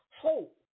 hope